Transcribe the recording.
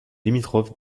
limitrophe